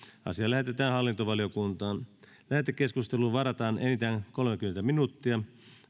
asia lähetetään hallintovaliokuntaan lähetekeskusteluun varataan enintään kolmekymmentä minuuttia